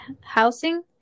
housing